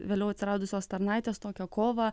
vėliau atsiradusios tarnaitės tokią kovą